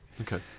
okay